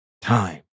time